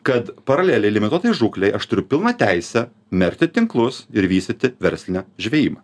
kad paraleliai limituotai žūklei aš turiu pilną teisę merkti tinklus ir vystyti verslinę žvejybą